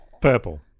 Purple